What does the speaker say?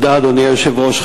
אדוני היושב-ראש,